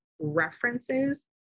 references